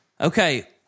okay